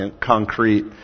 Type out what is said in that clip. concrete